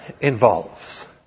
involves